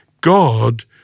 God